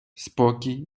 спокій